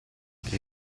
che